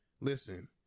Listen